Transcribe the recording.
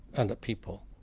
and at people.